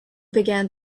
began